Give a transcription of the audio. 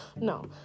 no